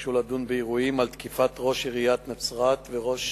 ביקשו לדון באירועים של תקיפת ראש עיריית נצרת וראש